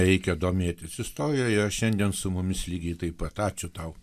reikia domėtis istorijoje šiandien su mumis lygiai taip pat ačiū tau